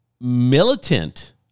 militant